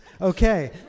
Okay